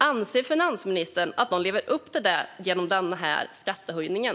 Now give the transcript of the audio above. Anser finansministern att de lever upp till detta genom den här skattehöjningen?